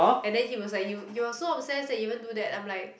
and then he was like you you are so obsess that you even do that I'm like